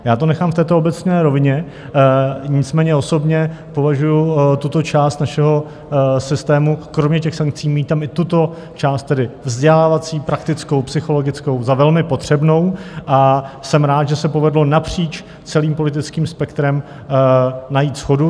Já to nechám v této obecné rovině, nicméně osobně považuji tuto část našeho systému, kromě sankcí mít tam i tuto část, tedy vzdělávací, praktickou, psychologickou, za velmi potřebnou a jsem rád, že se povedlo napříč celým politickým spektrem najít shodu.